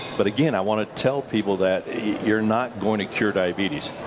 but again, i want to tell people that you're not going to cure diabetes.